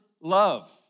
love